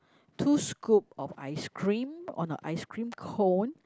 two scope of ice cream oh not ice cream cone